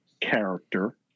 character